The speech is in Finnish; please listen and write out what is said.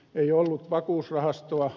ei ollut vakuusrahastoa